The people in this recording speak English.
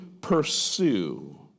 pursue